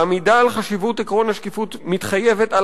העמידה על חשיבות עקרון השקיפות מתחייבת על